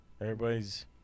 Everybody's